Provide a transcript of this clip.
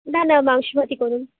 না না মাংস ভাতই করুন